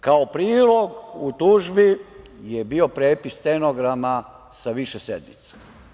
Kao prilog u tužbi je bio prepis stenograma sa više sednica.